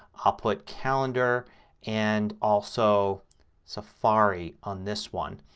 i'll put calendar and also safari on this one.